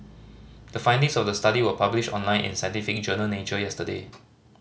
the findings of the study were published online in scientific journal Nature yesterday